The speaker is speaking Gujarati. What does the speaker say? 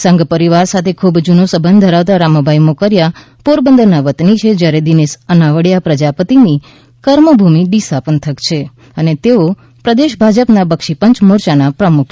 સંઘ પરિવાર સાથે ખૂબ જૂનો સંબંધ ધરાવતા રામભાઇ મોકરિયા પોરબંદરના વતની છે જ્યારે દિનેશ અનાવડીયા પ્રજાપતિની કર્મભૂમિ ડીસા પંથક છે અને તેઓ પ્રદેશ ભાજપના બક્ષી પંચ મોરચાના પ્રમુખ છે